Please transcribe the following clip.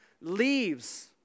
leaves